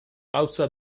outside